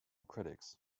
critics